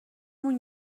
اون